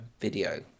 video